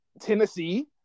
Tennessee